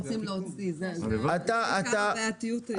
כשרוצים להוציא, זו עיקר הבעייתיות שיש.